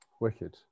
Wicked